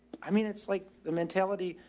i mean it's like the mentality,